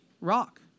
rock